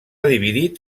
dividit